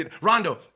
Rondo